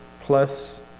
plus